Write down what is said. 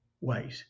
wait